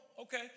okay